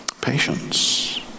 patience